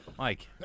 Mike